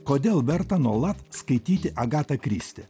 kodėl verta nuolat skaityti agatą kristi